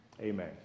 Amen